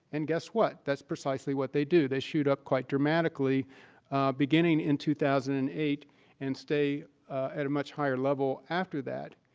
and guess what? that's precisely what they do. they shoot up quite dramatically beginning in two thousand and eight and stay at a much higher level after that.